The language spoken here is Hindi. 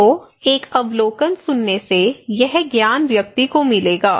तो एक अवलोकन सुनने से यह ज्ञान व्यक्ति को मिलेगा